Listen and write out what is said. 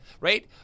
Right